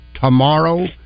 tomorrow